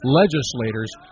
legislators